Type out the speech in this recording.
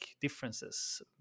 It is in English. differences